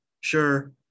sure